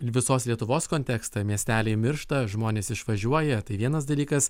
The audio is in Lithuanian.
visos lietuvos kontekstą miesteliai miršta žmonės išvažiuoja tai vienas dalykas